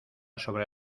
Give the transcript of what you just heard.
sobre